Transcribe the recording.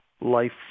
life